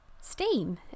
steam